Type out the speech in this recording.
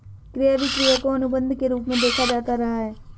क्रय विक्रय को अनुबन्ध के रूप में देखा जाता रहा है